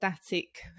static